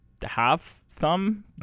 half-thumb